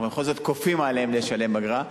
אבל בכל זאת כופים עליהם לשלם אגרה,